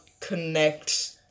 connect